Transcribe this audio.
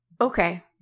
Okay